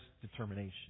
determination